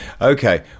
okay